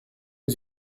aux